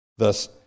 Thus